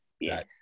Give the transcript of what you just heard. Yes